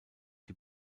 die